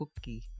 cookie